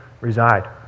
reside